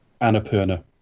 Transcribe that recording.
Annapurna